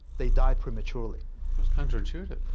they die prematurely. that's counterintuitive.